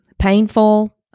painful